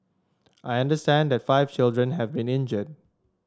I understand that five children have been injured